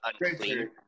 Unclean